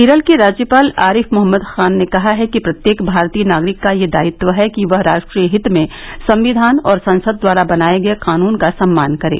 केरल के राज्यपाल आरिफ मोहम्मद खान ने कहा है कि प्रत्येक भारतीय नागरिक का यह दायित्व है कि वह रा ट्रीय हित में संविधान और संसद द्वारा बनाए गए कानून का सम्मान करे